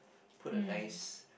put a nice